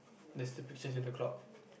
there's still pictures in the cloud